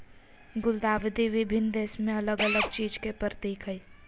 गुलदाउदी विभिन्न देश में अलग अलग चीज के प्रतीक हइ